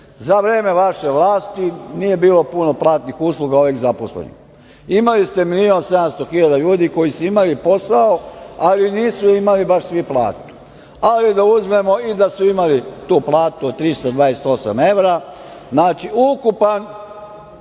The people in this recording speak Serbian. Za vreme vaše vlasti nije bilo puno platnih usluga ovih zaposlenih. Imali ste 1.700.000 ljudi koji su imali posao, ali nisu imali baš svi platu, ali da uzmemo i da su i imali tu platu od 328 evra, znači, ukupan